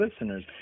listeners